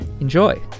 Enjoy